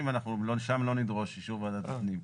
ואנחנו שם לא נדרוש אישור ועדת הפנים.